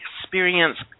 experience